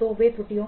तो ये त्रुटियां